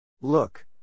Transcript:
Look